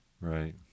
Right